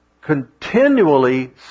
continually